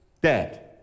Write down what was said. dead